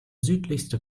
südlichste